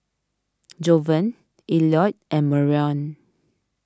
Jovan Elliot and Marion